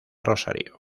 rosario